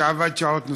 שעבד שעות נוספות.